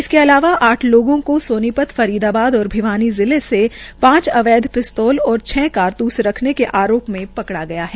इसके अलावा आठ लोगों को सोनीपत फरीदाबाद और भिवानी जिलों से पांच अवैध पिस्तोल और छह कारतूस रखने के आरोप में पकडा गया है